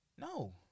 No